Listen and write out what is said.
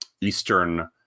eastern